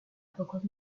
pocos